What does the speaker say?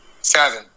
seven